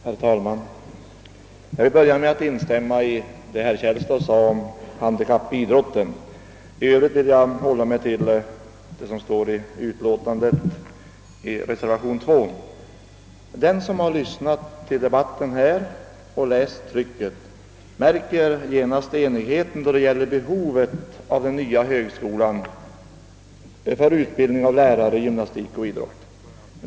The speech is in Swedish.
Herr talman! Jag vill börja med att instämma i vad herr Källstad sade om handikappidrotten. I övrigt skall jag hålla mig till vad som står i reservationen 2 till utskottets utlåtande. Den som har lyssnat på debatten här och läst trycket märker enigheten om behovet av den nya högskolan för utbildning av lärare i gymnastik och idrott.